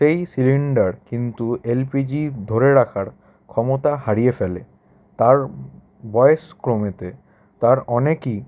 সেই সিলিন্ডার কিন্তু L P G ধরে রাখার ক্ষমতা হারিয়ে ফেলে তার বয়েস ক্রমেতে তার অনেকই